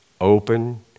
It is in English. open